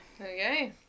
okay